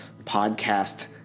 podcast